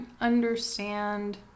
understand